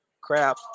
crap